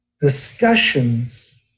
discussions